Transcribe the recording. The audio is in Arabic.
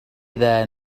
اذا